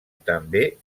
també